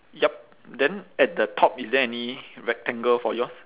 yup then at the top is there any rectangle for yours